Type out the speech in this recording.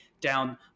down